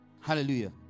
Hallelujah